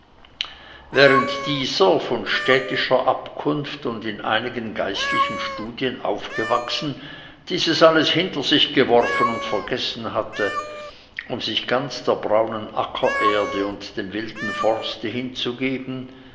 während dieser von städtischer abkunft und in einigen geistlichen studien aufgewachsen dieses alles hinter sich geworfen und vergessen hatte um sich ganz der braunen ackererde und dem wilden forste hinzugeben